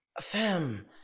Fam